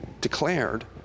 declared